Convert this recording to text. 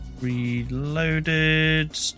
Reloaded